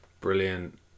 brilliant